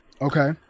okay